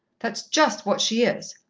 that's just what she is.